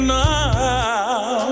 now